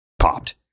popped